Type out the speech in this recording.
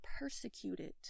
persecuted